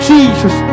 Jesus